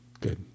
Good